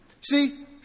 See